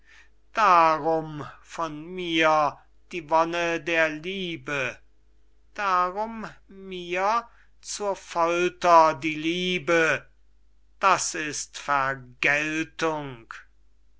darum von mir die wonne der liebe darum mir zur folter die liebe das ist vergeltung